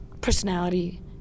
personality